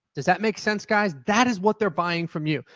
does that make sense, guys? that is what they're buying from you.